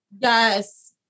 Yes